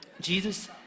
Jesus